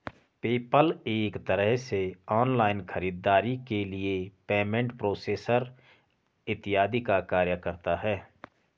PayPal एक तरह से ऑनलाइन खरीदारी के लिए पेमेंट प्रोसेसर इत्यादि का कार्य करता है